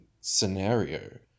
scenario